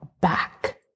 back